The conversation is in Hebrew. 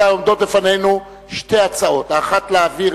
רבותי,